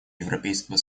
европейского